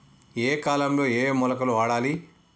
ఏయే కాలంలో ఏయే మొలకలు వాడాలి?